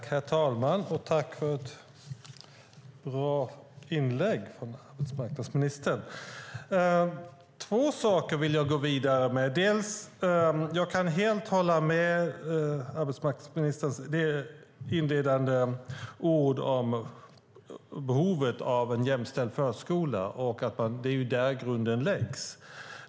Herr talman! Tack för ett bra inlägg från arbetsmarknadsministern! Två saker vill jag gå vidare med. Jag kan helt instämma i arbetsmarknadsministerns inledande ord om behovet av en jämställd förskola och att det är där grunden läggs.